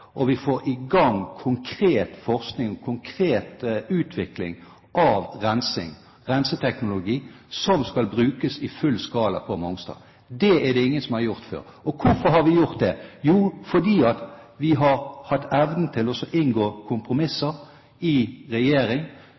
og vi får i gang konkret forskning, konkret utvikling av renseteknologi som skal brukes i full skala på Mongstad. Det er det ingen som har gjort før. Hvorfor har vi gjort det? Fordi vi har hatt evnen til å inngå kompromisser i regjering,